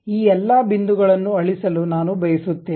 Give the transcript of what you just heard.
ಈ ಎಲ್ಲ ಬಿಂದುಗಳನ್ನು ಅಳಿಸಲು ನಾನು ಬಯಸುತ್ತೇನೆ